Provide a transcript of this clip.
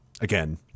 again